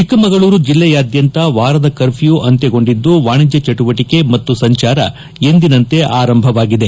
ಚಿಕ್ಕಮಗಳೂರು ಜಿಲ್ಲೆಯಾದ್ಯಂತ ವಾರದ ಕರ್ಫ್ಲೂರ್ ಅಂತ್ಯ ಗೊಂಡಿದ್ದು ವಾಣಿಜ್ಯ ಚಟುವಟಿಕೆ ಮತ್ತು ಸಂಚಾರ ಎಂದಿನಂತೆ ಆರಂಭವಾಗಿವೆ